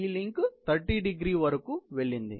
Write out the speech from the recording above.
ఈ లింక్ 30º వరకు వెళ్ళింది